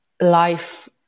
life